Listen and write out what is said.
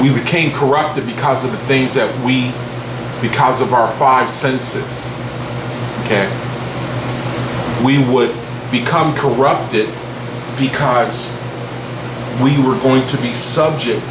we became corrupted because of the things that we because of our five senses we would become corrupted because we were going to be subject